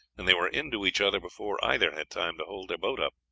and they were into each other before either had time to hold their boat up.